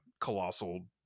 colossal